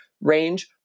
range